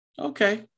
Okay